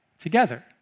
together